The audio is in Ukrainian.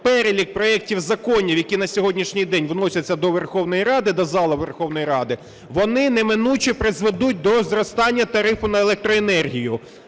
перелік проектів законів, які на сьогоднішній день вносяться до Верховної Ради, до зали Верховної Ради, вони неминуче призведуть до зростання тарифу на електроенергію.